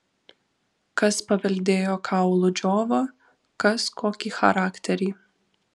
kas paveldėjo kaulų džiovą kas kokį charakterį